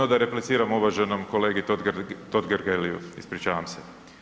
No, da repliciram uvaženom kolegi Totgergeliju, ispričavam se.